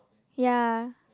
yea